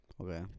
Okay